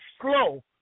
slow